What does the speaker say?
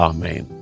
Amen